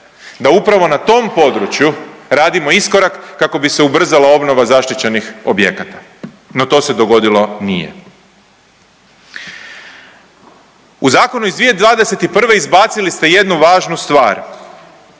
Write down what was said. da upravo na tom području radimo iskorak kako bi se ubrzala obnova zaštićenih objekata. No to se dogodilo nije. U zakonu iz 2021. izbacili ste jednu važnu stvar,